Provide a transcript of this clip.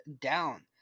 down